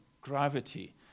gravity